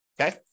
okay